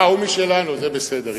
הוא משלנו, זה בסדר.